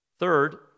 third